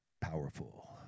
powerful